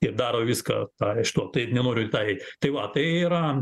ir daro viską tą iš to tai nenoriu į tą eit tai va tai yra